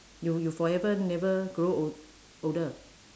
you you forever never grow old older